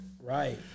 Right